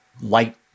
Light